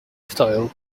style